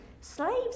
slaves